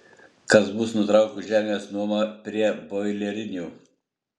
kas bus nutraukus žemės nuomą prie boilerinių